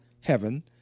heaven